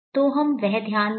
तो हम वह ध्यान दें